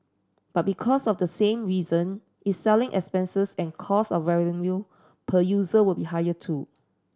but because of the same reason its selling expenses and cost of revenue per user will be higher too